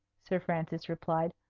sir francis replied.